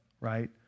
right